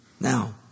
Now